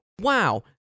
wow